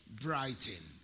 Brighton